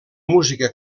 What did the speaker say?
música